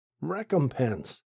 recompense